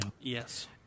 Yes